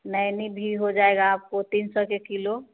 नैनी भी हो जाएगा आपको तीन सौ के किलो